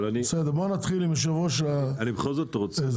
נתחיל עם יושב-ראש מרכז השלטון המקומי, בבקשה.